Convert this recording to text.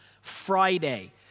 Friday